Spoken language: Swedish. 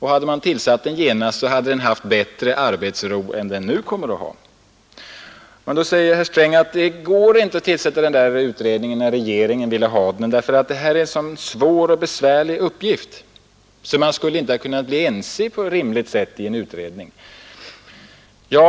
Hade man tillsatt den genast, hade den haft bättre arbetsro än den nu kommer att få. Herr Sträng säger att det inte gick att tillsätta utredningen när regeringen ville ha den, därför att detta är en så svår och besvärlig uppgift att man inte skulle ha kunnat bli ense på ett rimligt sätt i en utredning.